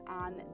on